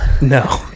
no